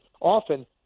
often